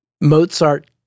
Mozart